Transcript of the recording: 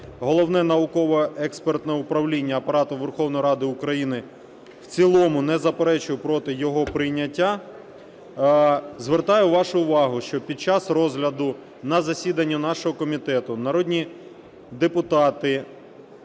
Головне науково-експертне управління Апарату Верховної Ради України в цілому не заперечує проти його прийняття. Звертаю вашу увагу, що під час розгляду на засіданні нашого комітету народні депутати